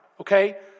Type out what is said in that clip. okay